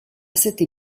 cette